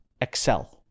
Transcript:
Excel